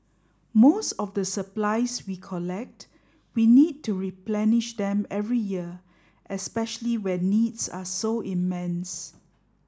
most of the supplies we collect we need to replenish them every year especially when needs are so immense